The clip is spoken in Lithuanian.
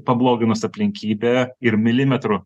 pabloginus aplinkybę ir milimetrų